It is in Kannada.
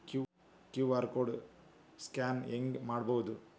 ಕ್ಯೂ.ಆರ್ ಕೋಡ್ ಸ್ಕ್ಯಾನ್ ಹೆಂಗ್ ಮಾಡೋದು?